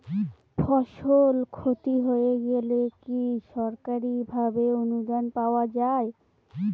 ফসল ক্ষতি হয়ে গেলে কি সরকারি ভাবে অনুদান পাওয়া য়ায়?